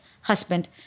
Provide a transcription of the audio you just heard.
husband